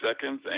seconds